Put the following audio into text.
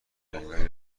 جنگلی